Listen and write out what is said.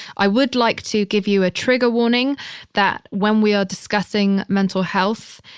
i would like to give you a trigger warning that when we are discussing mental health,